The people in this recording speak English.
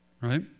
Right